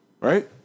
right